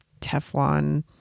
Teflon